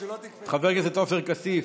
חבר הכנסת עופר כסיף,